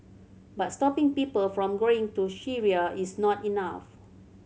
but stopping people from going to Syria is not enough